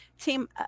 team